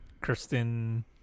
Kristen